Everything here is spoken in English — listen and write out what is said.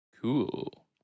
cool